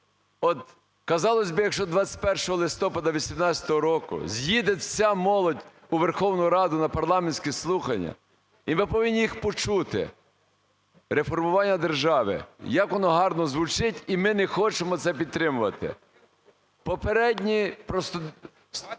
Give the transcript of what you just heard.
От казалось би, якщо 21 листопада 18-го року з'їдеться вся молодь у Верховну Раду на парламентські слухання, і ми повинні їх почути. Реформування держави – як воно гарно звучить, і ми не хочемо це підтримувати. Попередні